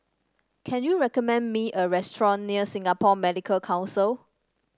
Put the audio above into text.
can you recommend me a restaurant near Singapore Medical Council